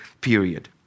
period